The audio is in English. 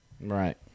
Right